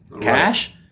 cash